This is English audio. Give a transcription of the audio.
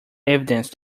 evidence